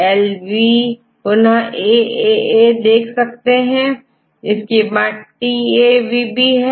L V पुनः A A A A देख रहे हैं इसके बाद टी ए वी है